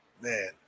Man